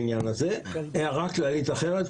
הערה כללית אחרת.